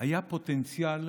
היה פוטנציאל